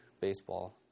baseball